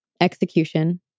execution